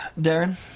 Darren